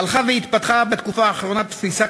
הלכה והתפתחה בתקופה האחרונה תפיסה